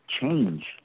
change